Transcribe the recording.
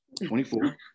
24